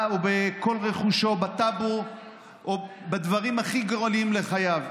של רכושו בטאבו או בדברים הכי גורליים לחייו.